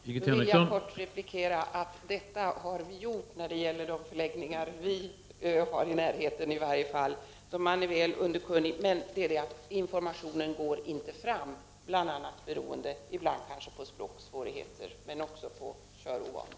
Herr talman! Jag vill kortfattat säga att detta har gjorts, åtminstone på de förläggningar som ligger i närheten av min hemort. Men informationen går inte fram, bl.a. beroende på språksvårigheter men också på körovana.